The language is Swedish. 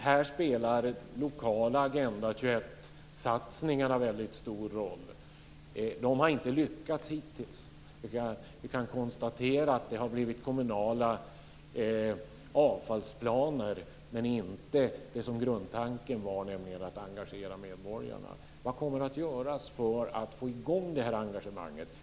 Här spelar de lokala Agenda 21-satsningarna en väldigt stor roll. De har hittills inte lyckats. De har resulterat i kommunala avfallsplaner, men inte i det som grundtanken var, nämligen att engagera medborgarna. Vad kommer att göras för att få i gång detta engagemang?